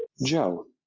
joe.